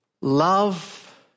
Love